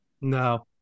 No